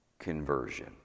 conversion